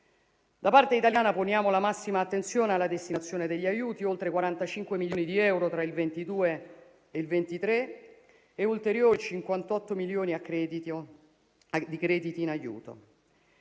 Da parte italiana, poniamo la massima attenzione alla destinazione degli aiuti: oltre 45 milioni di euro tra il 2022 e il 2023 e ulteriori 58 milioni di crediti in aiuto